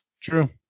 True